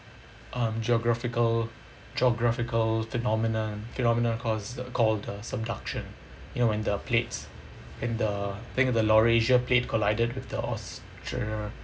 um geographical geographical phenomenon phenomena calls called uh subduction you know when the plates and the think the laurasia plate collided with the australia